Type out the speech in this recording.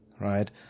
right